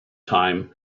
time